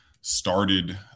started